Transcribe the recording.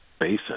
Basin